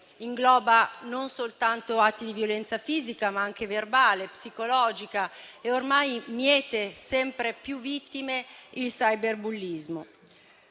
violenza non soltanto fisica, ma anche verbale, psicologica e ormai miete sempre più vittime il cyberbullismo.